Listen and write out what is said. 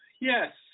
Yes